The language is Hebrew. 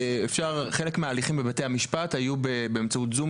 חלק מההליכים בבתי המשפט היו באמצעות זום,